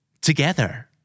Together